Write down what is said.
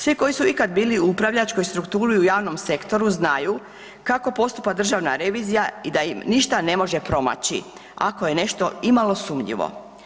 Svi koji su ikad bili u upravljačkoj strukturi u javnom sektoru znaju kako postupa Državna revizija i im ništa ne može promaći, ako je nešto imalo sumnjivo.